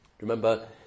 Remember